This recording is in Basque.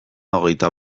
hogeita